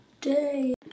day